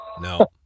no